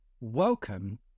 Welcome